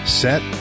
set